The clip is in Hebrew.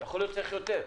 יכול להיות שצריך יותר.